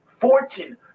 fortune